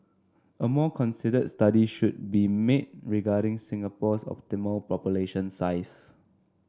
a more considered study should be made regarding Singapore's optimal population size